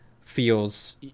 feels